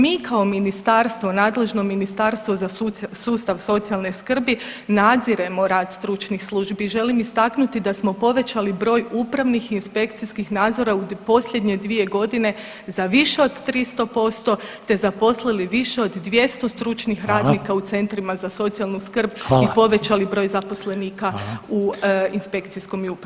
Mi kao ministarstvo nadležno ministarstvo za sustav socijalne skrbi nadziremo rad stručnih službi i želim istaknuti da smo povećali broj upravni i inspekcijskih nadzora u posljednje dvije godine za više od 300% te zaposlili više od 200 stručnih radnika u [[Upadica Reiner: Hvala.]] centrima za socijalnu skrb [[Upadica Reiner: Hvala.]] i povećali broj zaposlenika u inspekcijskom i upravnom nadzoru.